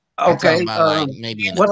Okay